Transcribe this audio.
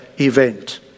event